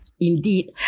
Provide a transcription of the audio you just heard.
Indeed